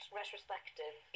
retrospective